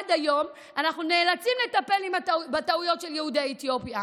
עד היום אנחנו נאלצים לטפל מול יהודי אתיופיה.